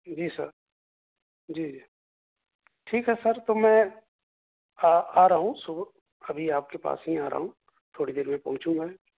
جی sir جی جی ٹھیک ہے سر تو میں آ رہا ہوں صبح ابھی آپ کے پاس ہی آ رہا ہوں تھوڑی دیر میں پہنچوں گا